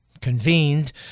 Convened